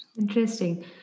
Interesting